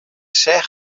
seach